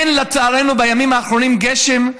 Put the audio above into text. אין לצערנו בימים האחרונים גשם,